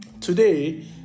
Today